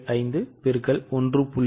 75 X 1